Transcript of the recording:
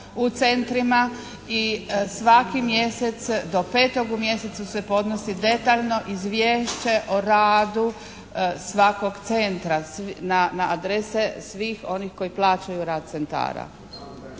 u centrima i svaki mjesec do 5. u mjesecu se podnosi detaljno izvješće o radu svakog centra na adrese svih onih koji plaćaju rad centara.